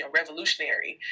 revolutionary